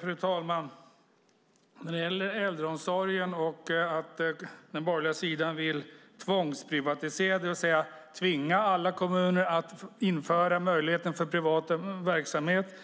Fru talman! När det gäller äldreomsorgen och att den borgerliga sidan vill tvångsprivatisera, det vill säga tvinga alla kommuner att införa möjligheten för privat verksamhet,